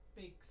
big